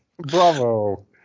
bravo